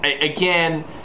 again